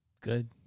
Good